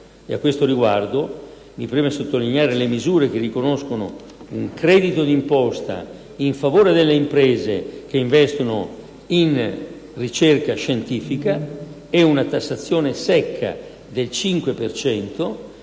A questo riguardo, mi preme sottolineare le misure che riconoscono un credito di imposta a favore delle imprese che investono in ricerca scientifica e una tassazione secca del 5